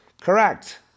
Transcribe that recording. Correct